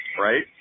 right